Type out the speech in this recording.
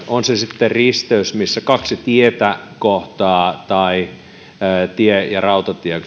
on se sitten risteys missä kaksi tietä kohtaavat tai risteys missä tie ja rautatie